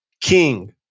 King